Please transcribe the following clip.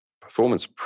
Performance